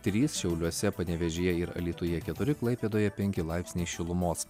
trys šiauliuose panevėžyje ir alytuje keturi klaipėdoje penki laipsniai šilumos